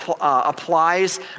applies